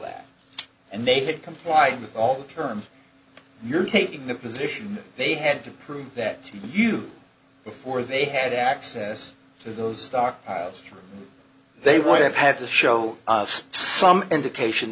that and they had complied with all terms you're taking the position that they had to prove that to you before they had access to those stockpiles they would have had to show us some indication